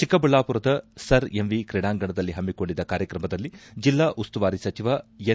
ಚಿಕ್ಕಬಳ್ಳಾಮರದ sir MV ಕ್ರೀಡಾಂಗಣದಲ್ಲಿ ಹಮ್ಮಕೊಂಡಿದ್ದ ಕಾರ್ಯಕ್ರಮದಲ್ಲಿ ಜಿಲ್ಲಾ ಉಸ್ತುವಾರಿ ಸಚಿವ ಎನ್